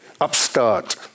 upstart